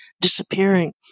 disappearing